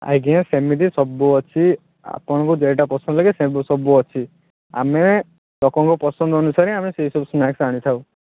ଆଜ୍ଞା ସେମିତି ସବୁ ଅଛି ଆପଣଙ୍କୁ ଯେଉଁଟା ପସନ୍ଦ ଲାଗେ ସବୁ ଅଛି ଆମେ ଲୋକଙ୍କ ପସନ୍ଦ ଅନୁସାରେ ଆମେ ସେଇସବୁ ସ୍ନାକ୍ସ ଆଣିଥାଉ